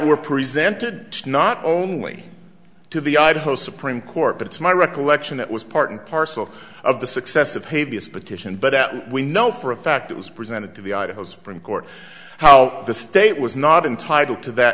were presented not only to the idaho supreme court but it's my recollection that was part and parcel of the success of paid this petition but that we know for a fact it was presented to the idaho supreme court how the state was not entitled to that